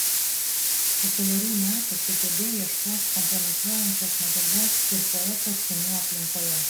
po kelerių metų kgb ieškos kompromituojančios medžiagos ir poeto sūnų aplinkoje